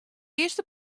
earste